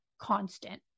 constant